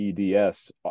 EDS